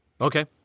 Okay